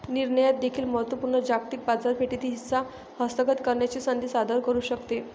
निर्यात देखील महत्त्व पूर्ण जागतिक बाजारपेठेतील हिस्सा हस्तगत करण्याची संधी सादर करू शकते